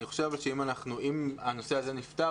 אבל אם הנושא הזה נפתר,